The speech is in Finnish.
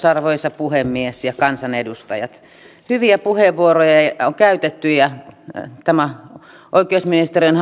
arvoisa puhemies kansanedustajat hyviä puheenvuoroja on käytetty tämä oikeusministeriön